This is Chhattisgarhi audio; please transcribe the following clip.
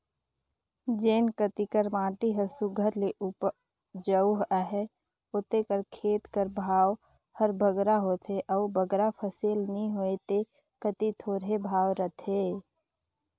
जेन कती कर माटी हर सुग्घर ले उपजउ अहे उते कर खेत कर भाव हर बगरा होथे अउ बगरा फसिल नी होए ते कती थोरहें भाव रहथे